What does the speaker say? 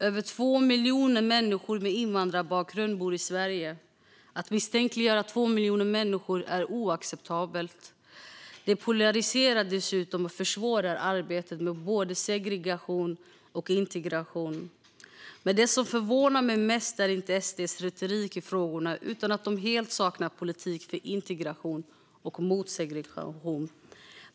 Över 2 miljoner människor med invandrarbakgrund bor i Sverige. Att misstänkliggöra 2 miljoner människor är oacceptabelt. Det polariserar och försvårar dessutom arbetet med både segregation och integration. Men det som förvånar mig mest är inte SD:s retorik i frågorna, utan att de helt saknar politik för integration och mot segregation.